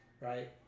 right